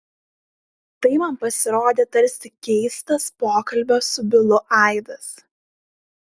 tai man pasirodė tarsi keistas pokalbio su bilu aidas